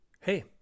Hey